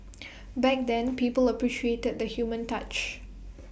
back then people appreciated the human touch